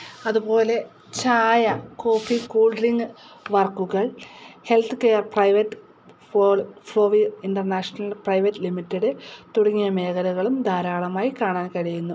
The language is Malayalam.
അതുപോലെ ചായ കോഫി കൂൾ ഡ്രിങ്ക് വർക്കുകൾ health care private four four wheel international private limited തുടങ്ങിയ മേഖലകളും ധാരാളമായി കാണാൻ കഴിയുന്നു